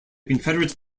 confederates